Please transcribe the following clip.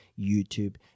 YouTube